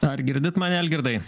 ar girdit mane algirdai